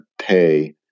pay